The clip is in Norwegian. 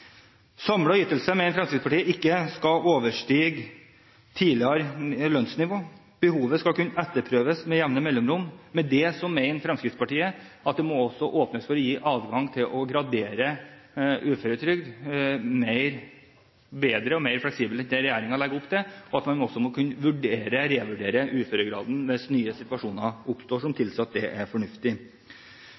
Fremskrittspartiet ikke skal overstige tidligere lønnsnivå. Behovet skal kunne etterprøves med jevne mellomrom. Med det mener Fremskrittspartiet at det også må åpnes for å gi adgang til å gradere uføretrygd bedre og mer fleksibelt enn det regjeringen legger opp til, og at man også må kunne revurdere uføregraden hvis nye situasjoner oppstår som tilsier at det er fornuftig.